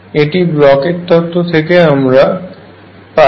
এটি ব্লকের তত্ত্ব থেকে আমরা পাই